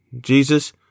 Jesus